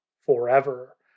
Forever